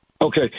Okay